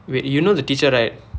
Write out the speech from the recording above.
wait you know the teacher right